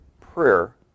prayer